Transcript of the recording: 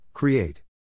Create